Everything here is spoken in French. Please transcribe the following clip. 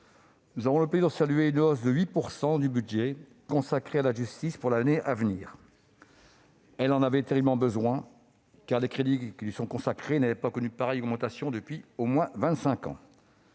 nous avons le plaisir de saluer une hausse de 8 % du budget consacré à la justice pour l'année à venir. Cette mission en avait terriblement besoin, car les crédits qui lui sont consacrés n'avaient pas connu pareille augmentation depuis au moins